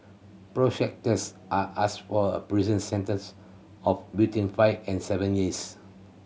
prosecutors are asked for a prison sentence of between five and seven years